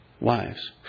wives